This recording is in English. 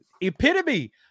epitome